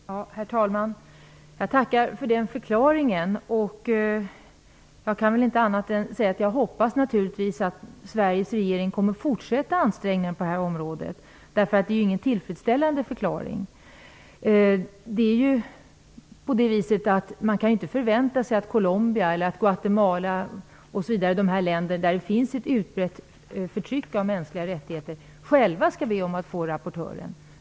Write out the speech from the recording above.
Herr talman! Jag tackar för den förklaringen. Jag kan inte annat än säga att jag naturligtvis hoppas att Sveriges regering kommer att fortsätta ansträngningarna på detta område. Detta är nämligen ingen tillfredsställande förklaring. Man kan ju inte förvänta sig att Colombia, Guatemala och de länder där det finns ett utbrett förtryck av mänskliga rättigheter själva skall be om att få rapportörer.